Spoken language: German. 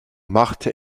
machte